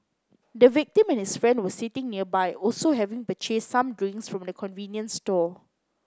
the victim and his friend were sitting nearby also having purchased some drinks from the convenience store